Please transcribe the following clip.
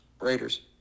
Raiders